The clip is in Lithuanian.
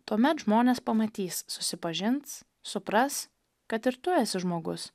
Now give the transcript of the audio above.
tuomet žmonės pamatys susipažins supras kad ir tu esi žmogus